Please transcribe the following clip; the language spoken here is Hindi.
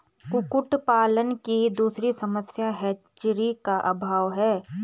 कुक्कुट पालन की दूसरी समस्या हैचरी का अभाव है